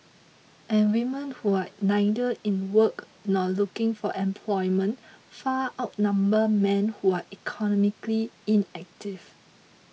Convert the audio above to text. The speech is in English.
and women who are neither in work nor looking for employment far outnumber men who are economically inactive